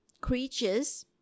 creatures